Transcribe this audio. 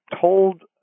told